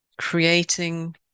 creating